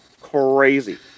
crazy